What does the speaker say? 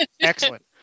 Excellent